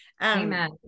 Amen